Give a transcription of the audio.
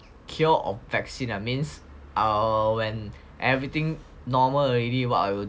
cure or vaccine means err when everything normal already what I will do is it